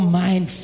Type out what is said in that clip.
mind